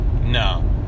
No